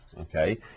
okay